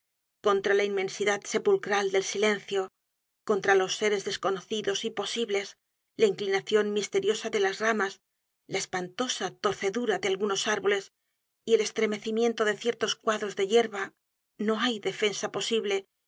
contra la inmensidad sepulcral del silencio contra los seres desconocidos y posibles la inclinacion misteriosa de las ramas la espantosa torcedura de algunos árboles y el estremecimiento de ciertos cuadros de yerba no hay defensa posible